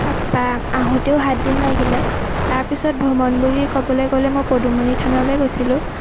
তাপা আহোঁতেও সাতদিন লাগিলে তাৰপিছত ভ্ৰমণ বুলি ক'বলৈ গ'লে মই পদুমণি থানলৈ গৈছিলোঁ